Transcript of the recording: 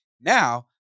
Now